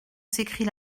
s’écrit